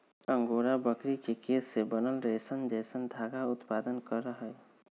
angora बकरी के केश से बनल रेशम जैसन धागा उत्पादन करहइ